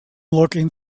looking